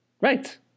right